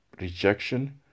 rejection